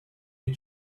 new